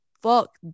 Fuck